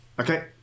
Okay